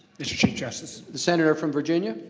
mr. chief justice. the senator from virginia.